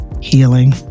healing